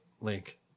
link